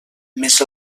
més